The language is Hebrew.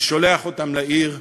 ששולח אותן לעיר,